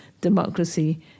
Democracy